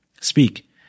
speak